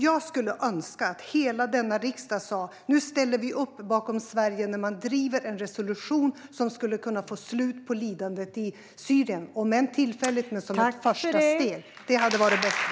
Jag skulle önska att hela denna riksdag sa: Nu ställer vi upp bakom Sverige när man driver en resolution som skulle kunna få slut på lidandet i Syrien, om än tillfälligt men som ett första steg. Det hade varit bättre.